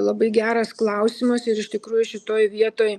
labai geras klausimas ir iš tikrųjų šitoj vietoj